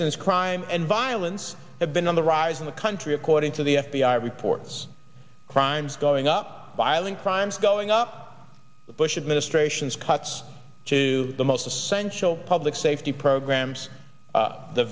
since crime and violence have been on the rise in the country according to the f b i reports crimes going up violent crimes going up the bush administration's cuts to the most essential public safety programs